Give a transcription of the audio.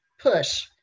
push